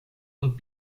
und